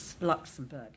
Luxembourg